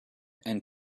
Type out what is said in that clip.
and